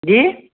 जी